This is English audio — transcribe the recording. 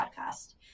Podcast